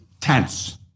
tense